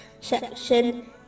SECTION